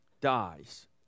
dies